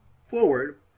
forward